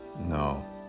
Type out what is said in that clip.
no